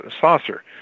saucer